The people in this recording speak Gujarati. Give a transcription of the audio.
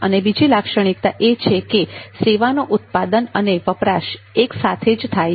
અને બીજી લાક્ષણિકતા એ છે કે સેવાનો ઉત્પાદન અને વપરાશ એક સાથે જ થાય છે